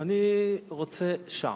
אני רוצה שעה.